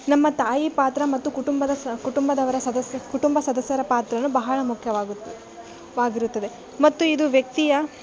ನಮ್ಮ ತಾಯಿ ಪಾತ್ರ ಮತ್ತು ಕುಟುಂಬದ ಸ ಕುಟುಂಬದವರ ಸದಸ್ಯ ಕುಟುಂಬ ಸದಸ್ಯರ ಪಾತ್ರ ಬಹಳ ಮುಖ್ಯವಾಗುತ್ ವಾಗಿರುತ್ತದೆ ಮತ್ತು ಇದು ವ್ಯಕ್ತಿಯ